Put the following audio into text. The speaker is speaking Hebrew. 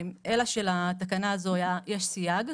אלא שלתקנה הזו יש סייג,